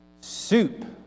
soup